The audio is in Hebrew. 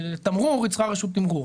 לתמרור היא צריכה רשות תימרור,